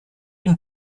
une